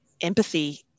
empathy